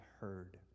heard